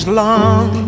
long